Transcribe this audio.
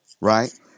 right